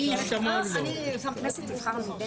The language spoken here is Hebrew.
אני מאמין שנתגבר על הפער הזה של חצי שעה לפה,